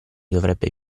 dovrebbe